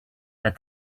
that